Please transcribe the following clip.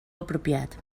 apropiat